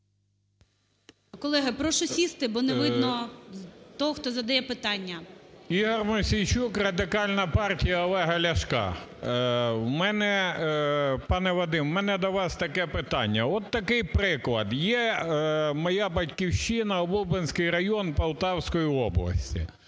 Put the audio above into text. Колеги, прошу сісти, бо не видно того, хто задає питання. 17:20:44 МОСІЙЧУК І.В. Ігор Мосійчук, Радикальна партія Олега Ляшка. У мене, пане Вадим, у мене до вас таке питання. От такий приклад. Є моя батьківщина – Лубенський район Полтавської області.